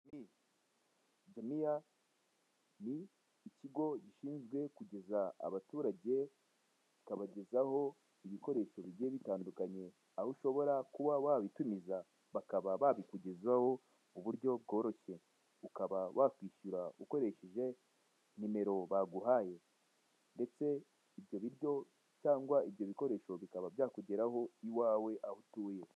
Duniya ni ikigo gishinzwe kugeza abaturage kikabagezaho ibikoresho bigiye bitandukanye aho ushobora kuba wabitumiza bakaba babikugezaho ku buryo bworoshye ukaba wakwishyura ukoresheshe nimero baguhaye ndetse ibyo biryo cyangwa ibyo bikoresho bikaba byakugeraho iwawe aho utuye.